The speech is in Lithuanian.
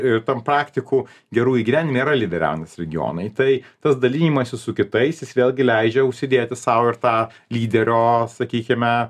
ir tam praktikų gerų įgyvendinime yra lyderiaujantys regionai tai tas dalijimasis su kitais jis vėlgi leidžia užsidėti sau ir tą lyderio sakykime